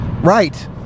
Right